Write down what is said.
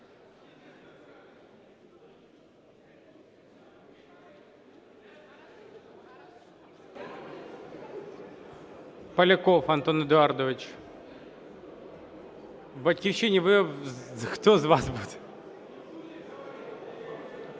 Поляков Антон Едуардович. "Батьківщина", хто з вас буде?